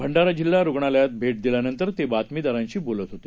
भंडाराजिल्हारुग्णालयालाभेटदिल्यानंतरतेबातमीदारांशीबोलतहोते